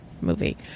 movie